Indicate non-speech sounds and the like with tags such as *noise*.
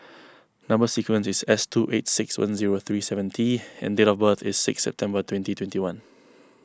*noise* Number Sequence is S two eight six one zero three seven T and date of birth is six September twenty twenty one